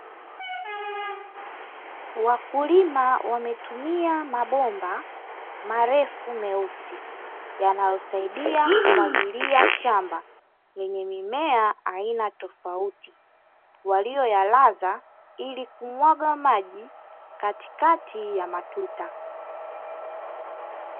Wakulima wametumia mabomba marefu meusi, yanayosaidia kumwagilia shamba lenye mimea aina tofauti, waliyoyalaza ili kumwaga maji katikati ya matuta.